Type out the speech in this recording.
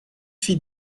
fille